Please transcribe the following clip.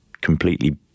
completely